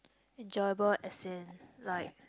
enjoyable as in like